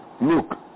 look